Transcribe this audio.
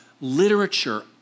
literature